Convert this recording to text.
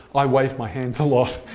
i wave my hands a lot.